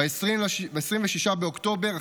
ב-26 באוקטובר,